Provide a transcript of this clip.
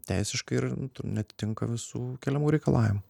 teisiškai ir neatitinka visų keliamų reikalavimų